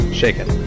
shaken